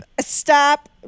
stop